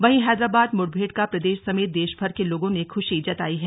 वहीं हैदराबाद मुठभेड़ का प्रदेश समेत देशभर के लोगों ने खुशी जताई है